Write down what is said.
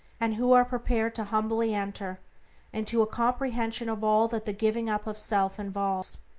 and who are prepared to humbly enter into a comprehension of all that the giving up of self involves.